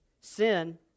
sin